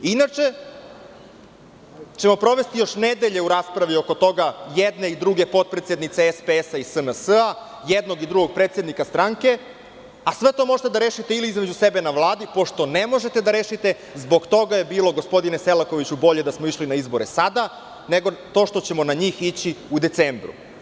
Inače ćemo provesti još nedelje u raspravi oko toga jedne i druge potpredsednice SPS i SNS, jednog i drugog predsednika stranke, a sve to možete da rešite ili između sebe na Vladi, pošto ne možete da rešite, zbog toga je bilo, gospodine Selakoviću, bolje da smo išli na izbore sada nego to što ćemo na njih ići u decembru.